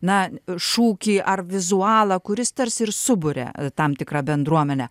na šūkį ar vizualą kuris tarsi ir suburia tam tikrą bendruomenę